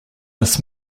this